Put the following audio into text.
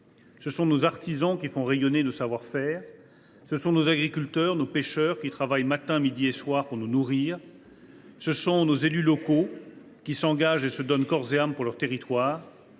Ce sont nos artisans qui font rayonner nos savoir faire. Ce sont nos agriculteurs et nos pêcheurs qui travaillent matin, midi et soir pour nous nourrir. Ce sont nos élus locaux, qui s’engagent et se donnent corps et âme pour leur territoire.